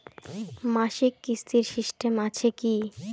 মাসিক কিস্তির সিস্টেম আছে কি?